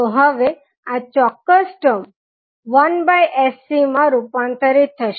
તો હવે આ ચોક્કસ ટર્મ 1sC માં રૂપાંતરિત થશે